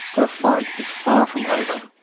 her fight is far from over.